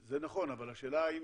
זה נכון, אבל השאלה אם